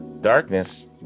darkness